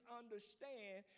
understand